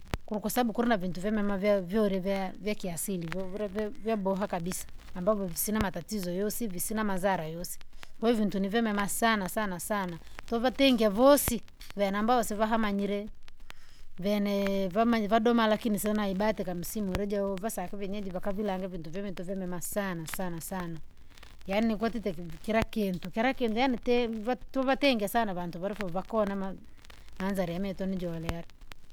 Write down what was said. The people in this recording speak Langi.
Kuru kwasabu kirina vintu vyamema vya- vyoulivya vyakiasili vovila vi vyabowa kabisa, ambavyo visina matatizo yosi visina mazara yoyosi. Kwahiyo vintu ni vyamema sana sana sana, tuvatingie avosi, vena ambao sivahamanyire, venee vamanye vadoma lakini sina ibahatiaka msimu ulijovasake venyeji vakavilange vintu vyamema sana sana sana, yaani kwatite kiv- kilakintu kirakintu yaani te- vatu tuvatenge vantu varifoo vakona ma- manzari yamitu ninjolela.